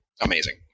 Amazing